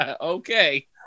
Okay